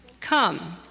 Come